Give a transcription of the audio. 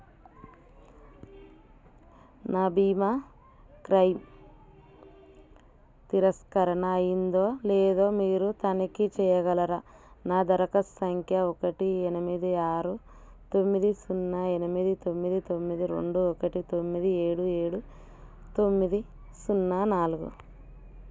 నా భీమా క్రైమ్ తిరస్కరణ అయిందో లేదో మీరు తనిఖీ చేయగలరా నా దరఖాస్తు సంఖ్య ఒకటి ఎనిమిది ఆరు తొమ్మిది సున్నా ఎనిమిది తొమ్మిది తొమ్మిది రెండు ఒకటి తొమ్మిది ఏడు ఏడు తొమ్మిది సున్నా నాలుగు